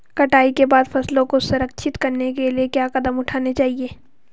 कटाई के बाद फसलों को संरक्षित करने के लिए क्या कदम उठाने चाहिए?